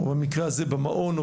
או המקרה הזה במעון,